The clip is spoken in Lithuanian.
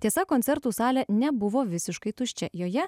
tiesa koncertų salė nebuvo visiškai tuščia joje